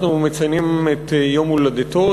אנחנו מציינים את יום הולדתו.